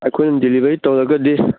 ꯑꯩꯈꯣꯏꯅ ꯗꯦꯂꯤꯕꯔꯤ ꯇꯧꯔꯒꯗꯤ